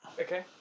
Okay